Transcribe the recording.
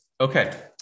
Okay